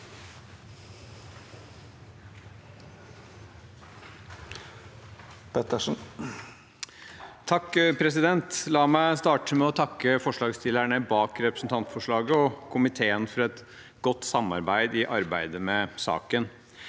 for saken): La meg starte med å takke forslagsstillerne bak representantforslaget og komiteen for et godt samarbeid i arbeidet med saken.